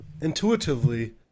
intuitively